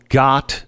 got